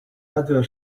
other